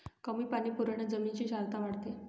कमी पाणी पुरवठ्याने जमिनीची क्षारता वाढते